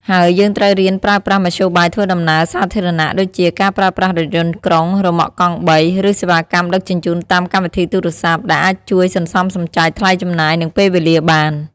ហើយយើងត្រូវរៀនប្រើប្រាស់មធ្យោបាយធ្វើដំណើរសាធារណ ដូចជាការប្រើប្រាស់រថយន្តក្រុង រ៉ឺម៉កកង់បី ឬសេវាកម្មដឹកជញ្ជូនតាមកម្មវិធីទូរស័ព្ទ ដែលអាចជួយសន្សំសំចៃថ្លៃចំណាយ និងពេលវេលាបាន។